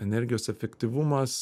energijos efektyvumas